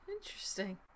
Interesting